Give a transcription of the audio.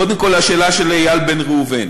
קודם לשאלה של חבר הכנסת איל בן ראובן.